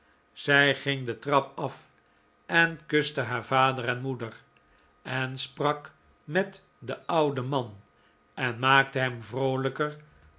zij ging de trap af en kuste haar vader en moeder en sprak met den ouden man en maakte hem vroolijker